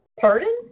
Pardon